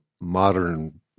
modern